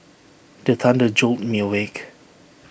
the thunder jolt me awake